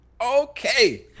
Okay